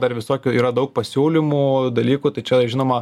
dar visokių yra daug pasiūlymų dalykų tai čia žinoma